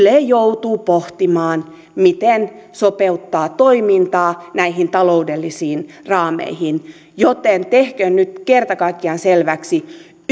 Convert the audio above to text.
joutuu pohtimaan miten sopeuttaa toimintaa näihin taloudellisiin raameihin joten tehtäköön nyt kerta kaikkiaan selväksi